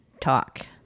talk